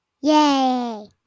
Yay